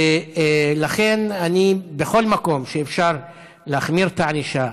לכן, בכל מקום שאפשר להחמיר את הענישה,